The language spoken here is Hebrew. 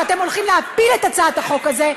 כשאתם הולכים להפיל את הצעת החוק הזאת,